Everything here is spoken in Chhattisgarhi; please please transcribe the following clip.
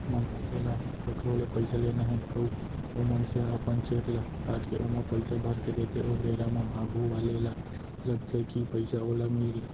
मनसे ल कखरो ले पइसा लेना हे अउ ओ मनसे ह अपन चेक ल काटके ओमा पइसा भरके देथे ओ बेरा म आघू वाले ल लगथे कि पइसा ओला मिलगे